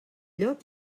llop